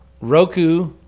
Roku